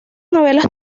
novelas